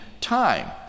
time